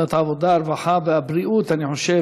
שנית,